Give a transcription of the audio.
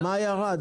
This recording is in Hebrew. מה ירד?